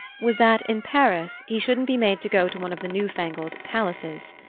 was that, in paris, he shouldn't be made to go to one of the newfangled palaces.